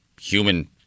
human